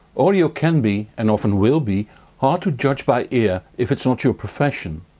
audio can be and often will be hard to judge by ear if it's not your profession.